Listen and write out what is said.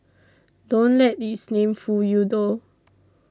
don't let its name fool you though